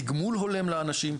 תגמול הולם לאנשים.